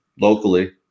locally